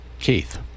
Keith